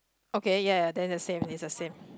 okay ya ya then the same is the same